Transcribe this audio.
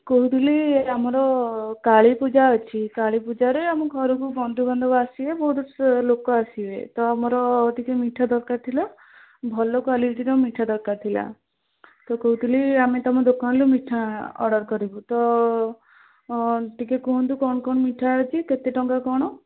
କହୁଥିଲି ଆମର କାଳୀପୂଜା ଅଛି କାଳୀପୂଜାରେ ଆମ ଘରକୁ ବନ୍ଧୁବାନ୍ଧବ ଆସିବେ ବହୁତ ଲୋକ ଆସିବେ ତ ଆମର ଟିକିଏ ମିଠା ଦରକାର ଥିଲା ଭଲ କ୍ୱାଲିଟିର ମିଠା ଦରକାର ଥିଲା ତ କହୁଥିଲି ଆମେ ତମ ଦୋକାନରୁ ମିଠା ଅର୍ଡ଼ର କରିବୁ ତ ଟିକିଏ କୁହନ୍ତୁ କ'ଣ କ'ଣ ମିଠା ଅଛି କେତେ ଟଙ୍କା କ'ଣ